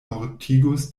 mortigus